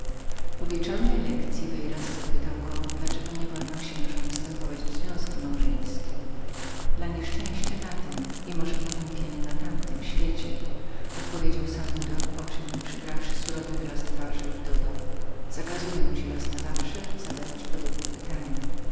po wieczornej lekcyi veyras go zapytał dla czego niewolno było księżom wstępować w związki małżeńskie dla nieszczęścia na tym i może potępienia na tamtym świecie odpowiedział sanudo poczem z proźnągroźną postacią zawołał zakazuję ci raz na zawsze zadawać podobne pytania